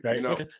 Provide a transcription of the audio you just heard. right